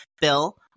Bill